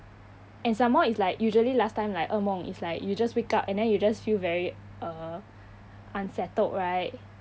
and some more it's like usually last time like 恶梦 it's like just you just wake up and then you just feel very uh unsettled right